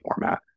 format